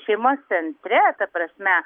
šeimos centre ta prasme